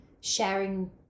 sharing